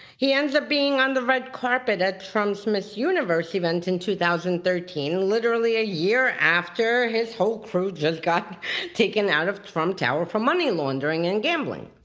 he ends up being on the red carpet at trump's miss universe event in two thousand and thirteen, literally a year after his whole crew just got taken out of trump tower for money laundering and gambling.